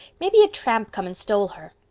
maybe a tramp come and stole her.